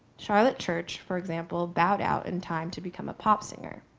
charlotte church, for example, bowed out in time to become a pop singer.